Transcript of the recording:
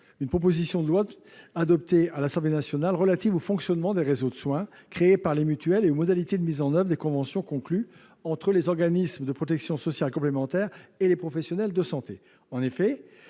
une proposition de loi, adoptée par l'Assemblée nationale, relative au fonctionnement des réseaux de soins créés par les mutuelles et aux modalités de mise en oeuvre des conventions conclues entre les organismes de protection sociale complémentaire et les professionnels de santé.